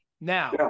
now